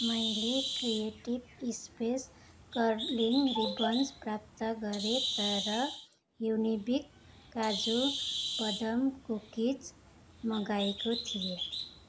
मैले creative space curling ribbons प्राप्त गरेँ तर युनिबिक काजु बदाम कुकिज मगाएको थिएँ